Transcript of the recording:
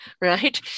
right